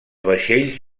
vaixells